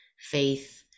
faith